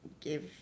give